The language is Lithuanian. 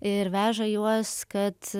ir veža juos kad